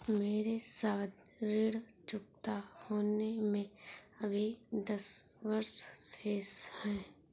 मेरे सावधि ऋण चुकता होने में अभी दस वर्ष शेष है